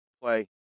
play